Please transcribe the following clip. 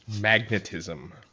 Magnetism